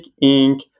ink